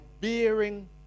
bearing